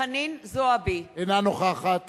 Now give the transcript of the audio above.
חנין זועבי, איננה נוכחת